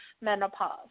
menopause